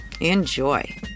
enjoy